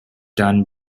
done